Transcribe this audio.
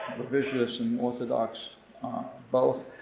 revisionists and orthodox both.